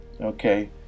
Okay